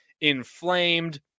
inflamed